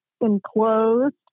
enclosed